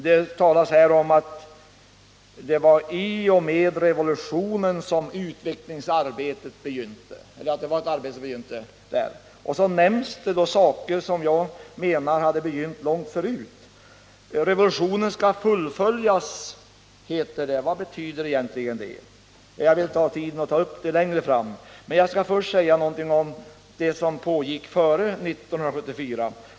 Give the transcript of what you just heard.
Det sägs att det var i och med revolutionen som arbetet begynte, och så nämns sådana förändringar som jag menar hade begynt långt förut. Revolutionen skall fullföljas, heter det. Vad betyder väl egentligen det? Jag skall ta upp detta längre fram i mitt anförande, men jag vill först säga någonting om det som pågick i Etiopien före 1974.